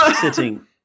sitting